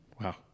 Wow